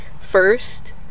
first